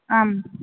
आम्